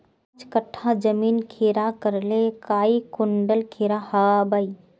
पाँच कट्ठा जमीन खीरा करले काई कुंटल खीरा हाँ बई?